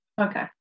Okay